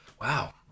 Wow